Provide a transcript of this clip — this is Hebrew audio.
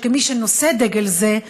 כמי שנושא דגל זה,